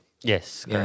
Yes